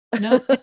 No